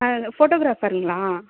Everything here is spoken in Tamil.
ஆ ஃபோட்டோகிராஃபருங்களா